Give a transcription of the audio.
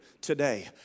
today